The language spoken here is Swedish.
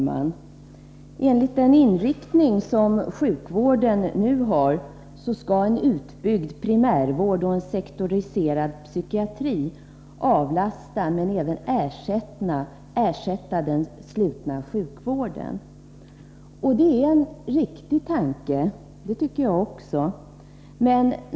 Herr talman! Enligt den inriktning som sjukvården nu har skall en utbyggd primärvård och en sektoriserad psykiatri avlasta, men även ersätta, den slutna sjukvården. Det är en riktig tanke — det tycker också jag.